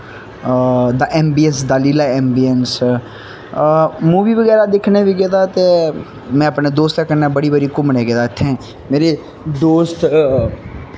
दा M B S Leela ambience movie बगैरा दिक्खने बी गेदा ते में अपने दोस्तें कन्नै बड़ी बारी घूमने गी गेदा इत्थें मेरे दोस्त